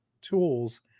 tools